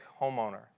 homeowner